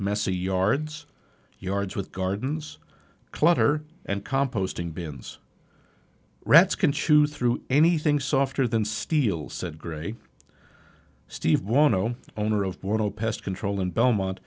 messy yards yards with gardens clutter and composting bins rats can chew through anything softer than steel said grey steve one zero owner of bordeaux pest control in belmont